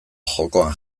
jokoan